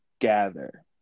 gather